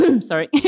Sorry